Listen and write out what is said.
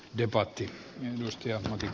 arvoisa puhemies